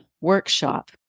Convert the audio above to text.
workshop